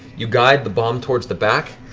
you guide the bomb towards the back,